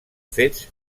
fets